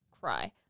cry